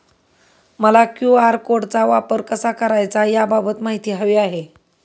मला क्यू.आर कोडचा वापर कसा करायचा याबाबत माहिती हवी आहे